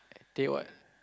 teh what